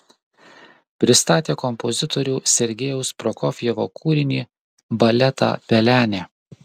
pristatė kompozitorių sergejaus prokofjevo kūrinį baletą pelenė